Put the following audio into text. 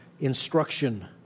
instruction